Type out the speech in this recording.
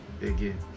again